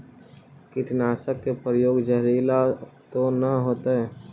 कीटनाशक के प्रयोग, जहरीला तो न होतैय?